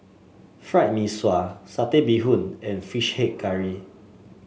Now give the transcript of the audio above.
Fried Mee Sua Satay Bee Hoon and fish head curry